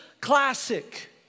Classic